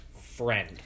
friend